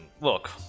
Look